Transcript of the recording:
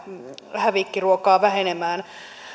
ruokahävikkiä vähenemään